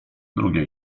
drugie